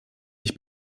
ich